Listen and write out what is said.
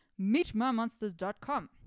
meetmymonsters.com